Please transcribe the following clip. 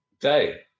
day